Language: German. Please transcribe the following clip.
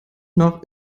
noch